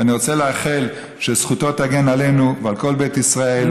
אני רוצה לאחל שזכותו תגן עלינו ועל כל בית ישראל,